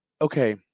okay